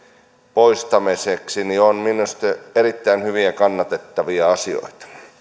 poistamiseksi ovat minusta erittäin hyviä ja kannatettavia asioita